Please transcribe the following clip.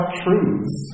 truths